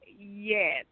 Yes